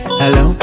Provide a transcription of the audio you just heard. hello